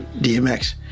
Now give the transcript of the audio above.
DMX